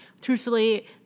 truthfully